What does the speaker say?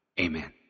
Amen